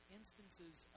instances